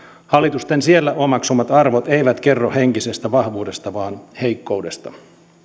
hallitusten siellä omaksumat arvot eivät kerro henkisestä vahvuudesta vaan heikkoudesta